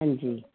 ਹਾਂਜੀ